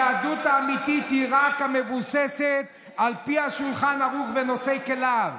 היהדות האמיתית היא רק זו המבוססת על השולחן ערוך ונושאי כליו.